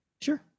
Sure